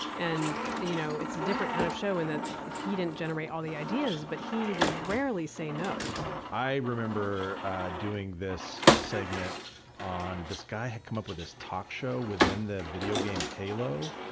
and, you know, it's a different kind of show and that he didn't generate all the ideas, but he would rarely say no i remember doing this segment on this guy had come up with this talk show within the video game halo.